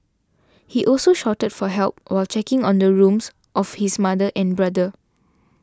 he also shouted for help while checking the rooms of his mother and brother